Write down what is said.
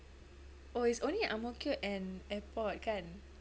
oh it's only at ang mo kio and airport kan